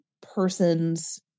person's